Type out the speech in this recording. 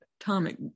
atomic